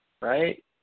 right